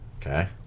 Okay